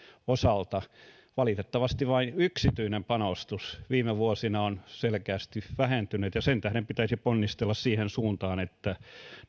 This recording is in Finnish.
osalta valitettavasti vain yksityinen panostus viime vuosina on selkeästi vähentynyt ja sen tähden pitäisi ponnistella siihen suuntaan että